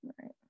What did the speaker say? right